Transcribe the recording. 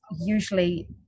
usually